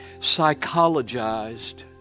psychologized